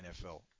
NFL